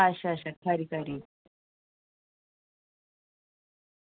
अच्छा अच्छा खरी खरी